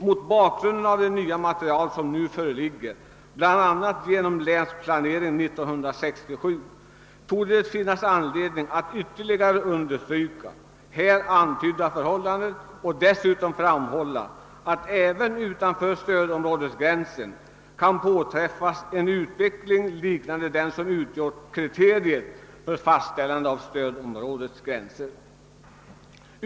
Mot bakgrund av det nya material som nu föreligger, bl.a. genom länsplanering 1967, torde det finnas anledning att ytterligare understryka här antydda förhållanden och dessutom framhålla att även utanför stödområdesgränsen kan påträffas en utveckling liknande den som utgjort kriteriet för fastställandet av stödområdets gränser.